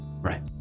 Right